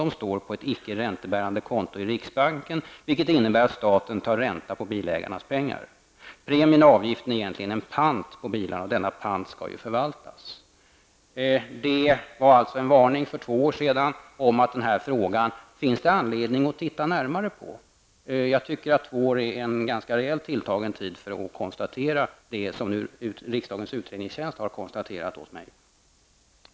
De står på ett icke räntebärande konto i riksbanken, vilket innebär att staten tar ränta på bilägarnas pengar. Premien eller avgiften är egentligen en pant på bilarna. Denna pant skall förvaltas. Det var en varning för två år sedan om att det fanns anledning att titta närmare på den här frågan. Jag tycker att två år är en ganska rejält tilltagen tid för att konstatera det som riksdagens utredningstjänst nu har konstaterat åt mig.